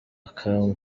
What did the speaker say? aka